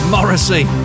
Morrissey